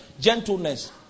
Gentleness